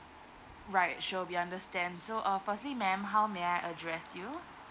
right sure we understand so uh firstly madam how may I address you